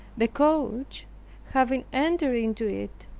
the coach having entered into it,